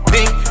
Pink